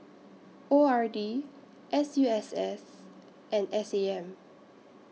O R D S U S S and S A M